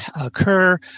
occur